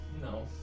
No